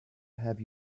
have